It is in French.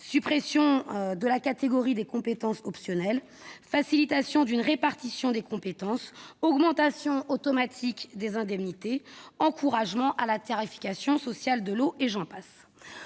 suppression de la catégorie des compétences optionnelles, la facilitation de la répartition des compétences, l'augmentation automatique des indemnités, l'incitation à la tarification sociale de l'eau, etc.